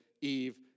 Eve